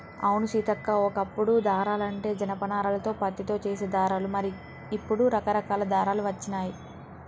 అవును సీతక్క ఓ కప్పుడు దారాలంటే జనప నారాలతో పత్తితో చేసే దారాలు మరి ఇప్పుడు రకరకాల దారాలు వచ్చినాయి